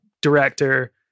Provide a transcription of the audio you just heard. director